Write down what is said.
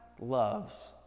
loves